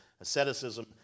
asceticism